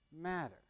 matter